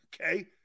Okay